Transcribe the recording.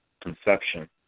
conception